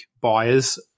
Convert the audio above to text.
buyers